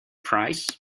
price